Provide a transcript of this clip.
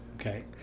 Okay